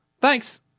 Thanks